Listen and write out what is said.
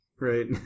right